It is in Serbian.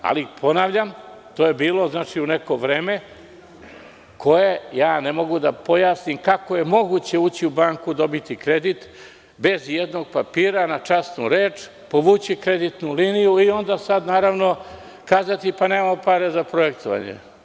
Ali, to je bilo u neko vreme koje ne mogu da pojasnim kako je moguće ući u banku, dobiti kredit bez ijednog papira, na časnu reč, povući kreditnu liniju i onda kazati – nemamo pare za projektovanje.